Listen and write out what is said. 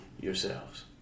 yourselves